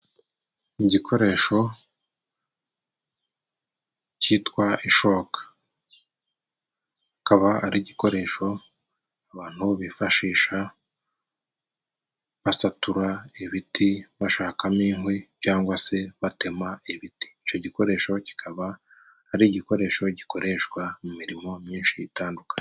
Igikoresho cyitwa ishokaka. Akaba ari igikoresho abantu bifashisha basatura ibiti, bashakamo inkwi cyangwa se batema ibiti. Icyo gikoresho kikaba ari igikoresho gikoreshwa mu mirimo myinshi itandukanye.